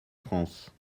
france